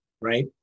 right